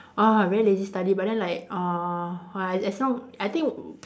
ah very lazy study but then like uh uh as long I think